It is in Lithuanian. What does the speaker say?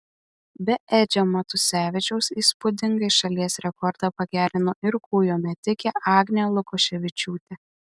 be edžio matusevičiaus įspūdingai šalies rekordą pagerino ir kūjo metikė agnė lukoševičiūtė